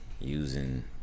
using